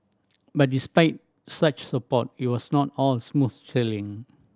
but despite such support it was not all smooth sailing